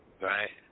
right